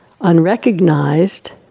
unrecognized